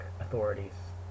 authorities